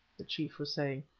the chief was saying,